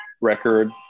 record